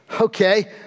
okay